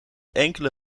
enkele